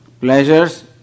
pleasures